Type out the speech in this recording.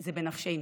זה בנפשנו.